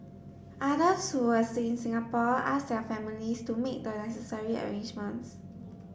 others who were still in Singapore asked their families to make the necessary arrangements